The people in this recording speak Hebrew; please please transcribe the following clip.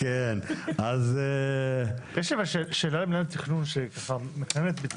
יש לי אבל שאלה למינהל התכנון שככה מקננת בי.